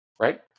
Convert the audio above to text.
Right